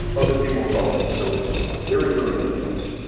other people call it a soda straw, very, very intense.